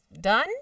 done